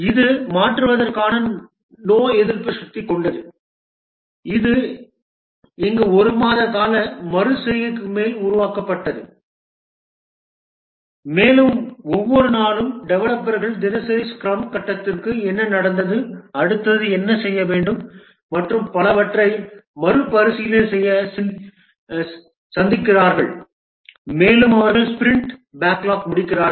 இது மாற்றுவதற்கான நோய் எதிர்ப்பு சக்தி கொண்டது இது இங்கு ஒரு மாத கால மறு செய்கைக்கு மேல் உருவாக்கப்பட்டுள்ளது மேலும் ஒவ்வொரு நாளும் டெவலப்பர்கள் தினசரி ஸ்க்ரம் கூட்டத்திற்கு என்ன நடந்தது அடுத்து என்ன செய்ய வேண்டும் மற்றும் பலவற்றை மறுபரிசீலனை செய்ய சந்திக்கிறார்கள் மேலும் அவர்கள் ஸ்பிரிண்ட் பேக்லாக் முடிக்கிறார்கள்